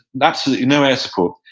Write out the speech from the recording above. absolutely no air support,